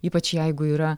ypač jeigu yra